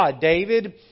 David